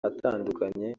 atandukanye